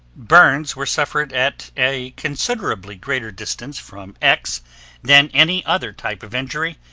burns were suffered at a considerable greater distance from x than any other type of injury,